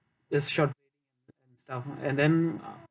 just trade and stuff and then uh